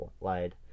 lied